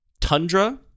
Tundra